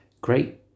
great